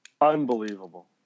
unbelievable